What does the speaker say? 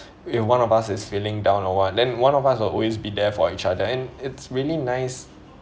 if one of us is feeling down or what then one of us will always be there for each other and it's really nice